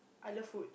I love food